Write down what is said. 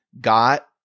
got